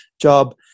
job